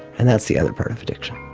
and that's the other part of addiction.